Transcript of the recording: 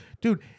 Dude